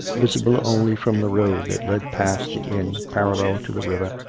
visible only from the road that led past the inn parallel to the river,